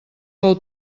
fou